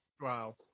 Wow